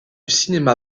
cinéma